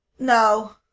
No